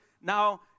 Now